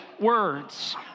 words